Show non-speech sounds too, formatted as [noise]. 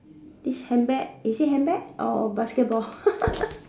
this handbag is it handbag or basketball [laughs]